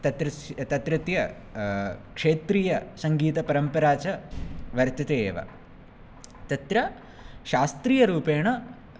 तत्र्यस् तत्रत्य क्षेत्रीयसङ्गीतपरम्परा च वर्तते एव तत्र शास्त्रीयरूपेण